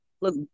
look